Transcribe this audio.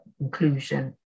inclusion